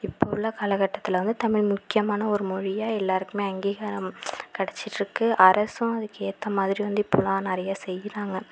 இப்போ உள்ள காலக்கட்டத்தில் வந்து தமிழ் முக்கியமான ஒரு மொழியாக எல்லாருக்குமே அங்கீகாரம் கடைச்சிகிட்டு இருக்கு அரசும் அதுக்கேற்றமாதிரி வந்து இப்போலாம் நிறைய செய்யிறாங்க